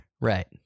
right